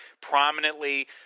prominently